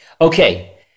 Okay